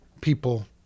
people